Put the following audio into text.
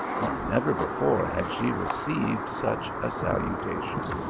for never before had she received such a salutation.